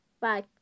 Bye